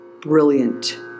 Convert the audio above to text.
brilliant